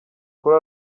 kuri